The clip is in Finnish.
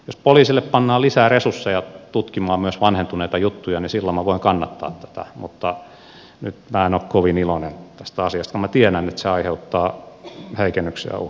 jos poliiseille pannaan lisää resursseja tutkimaan myös vanhentuneita juttuja niin silloin minä voin kannattaa tätä mutta nyt en ole kovin iloinen tästä asiasta kun minä tiedän että se aiheuttaa heikennyksiä uhrille